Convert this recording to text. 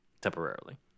temporarily